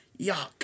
Yuck